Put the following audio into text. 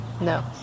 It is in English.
No